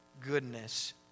goodness